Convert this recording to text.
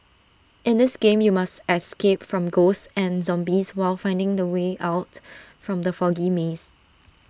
in this game you must escape from ghosts and zombies while finding the way out from the foggy maze